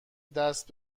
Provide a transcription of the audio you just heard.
دست